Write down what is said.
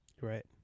Right